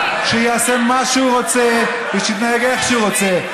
שיעשה מה שהוא רוצה ושיתנהג איך שהוא רוצה.